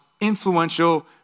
influential